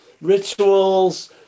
rituals